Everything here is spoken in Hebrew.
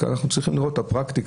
אנחנו צריכים לראות את הפרקטיקה,